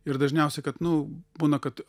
ir dažniausiai kad nu būna kad